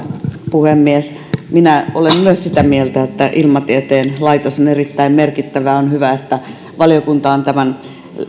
puhemies minä olen myös sitä mieltä että ilmatieteen laitos on erittäin merkittävä on hyvä että valiokunta on tämän